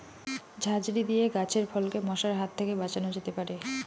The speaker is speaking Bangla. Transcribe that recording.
ঝাঁঝরি দিয়ে গাছের ফলকে মশার হাত থেকে বাঁচানো যেতে পারে?